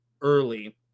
early